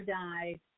died